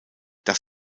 dass